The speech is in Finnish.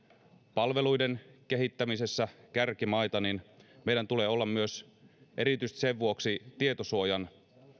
palveluiden kehittämisessä kärkimaita niin meidän tulee olla myös erityisesti sen vuoksi tietosuojan